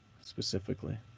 specifically